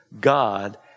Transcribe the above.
God